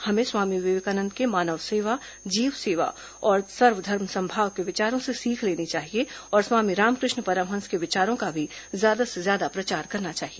हमें स्वामी विवेकानंद के मानव सेवा जीव सेवा और सर्व धर्म सम्भाव के विचारों से सीख लेनी चाहिए और स्वामी रामकृष्ण परमहंस के विचारों का भी ज्यादा से ज्यादा प्रचार करना चाहिए